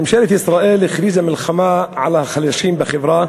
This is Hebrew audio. ממשלת ישראל הכריזה מלחמה על החלשים בחברה.